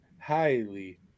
highly